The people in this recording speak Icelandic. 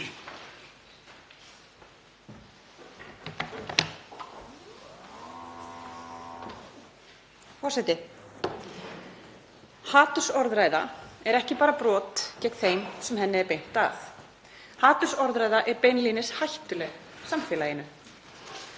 Forseti. Hatursorðræða er ekki bara brot gegn þeim sem henni er beint að. Hatursorðræða er beinlínis hættuleg samfélaginu.